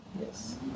yes